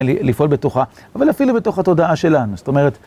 לפעול בתוכה, אבל אפילו בתוך התודעה שלנו. זאת אומרת...